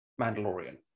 Mandalorian